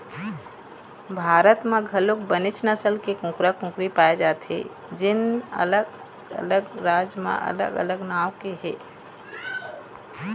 भारत म घलोक बनेच नसल के कुकरा, कुकरी पाए जाथे जेन अलग अलग राज म अलग अलग नांव के हे